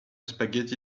spaghetti